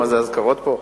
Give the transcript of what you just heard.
מה זה, אזכרות פה?